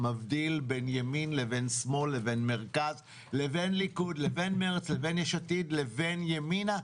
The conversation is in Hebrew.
מבדיל בין ימין לבין שמאל ובין מרכז לבין ליכוד מרצ ויש עתיד או ימינה.